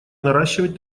наращивать